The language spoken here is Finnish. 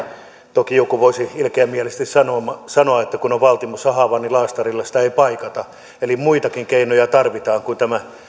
toki joku voisi ilkeämielisesti sanoa että kun on valtimossa haava niin laastarilla sitä ei paikata eli muitakin keinoja tarvitaan kuin tämä